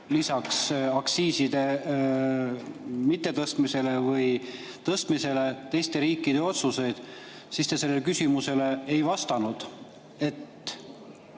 lisaks aktsiiside mittetõstmisele või tõstmisele teiste riikide otsuseid. Te sellele küsimusele ei vastanud.